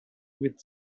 with